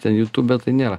ten jutūbe tai nėra